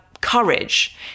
courage